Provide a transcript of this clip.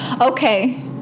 okay